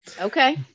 Okay